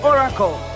Oracle